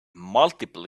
multiple